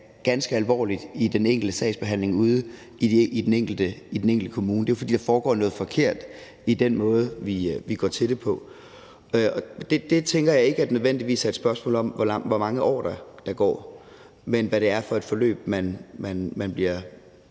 ganske alvorligt i den enkelte sagsbehandling ude i den enkelte kommune. Det er jo, fordi der foregår noget forkert i den måde, vi går til det på, og det tænker jeg ikke nødvendigvis er et spørgsmål om, hvor mange år der går, men hvad det er for et forløb, man er